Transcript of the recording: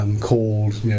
called